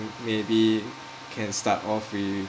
maybe can start off with